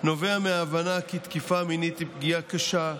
נובע מההבנה כי תקיפה מינית היא פגיעה קשה,